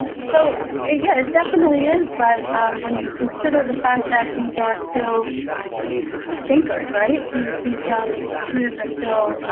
so it yeah it definitely is, but when you consider the fact that these are still thinkers, right? these these young students are still,